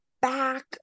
back